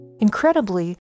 Incredibly